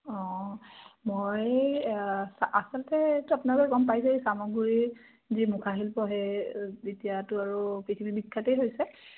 অঁ মই আচলতে আপোনালোকে গম পাইছেই চামগুৰিৰ যি মুখাশিল্প সেই এতিয়াতো আৰু পৃথিৱী বিখ্যাতেই হৈছে